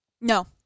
No